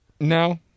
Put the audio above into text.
No